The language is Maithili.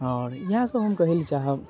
आओर इएह सब हम कहै लए चाहब